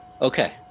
Okay